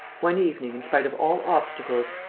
one evening, in spite of all obstacles,